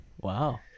Wow